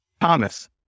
Thomas